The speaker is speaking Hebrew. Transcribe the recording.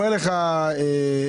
אומר לך ניר,